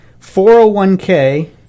401k